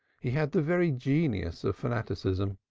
he had the very genius of fanaticism.